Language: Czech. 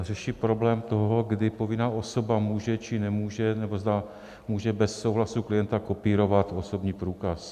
Řeší problém toho, kdy povinná osoba může, či nemůže, nebo zda může bez souhlasu klienta kopírovat osobní průkaz.